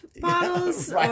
bottles